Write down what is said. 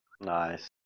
nice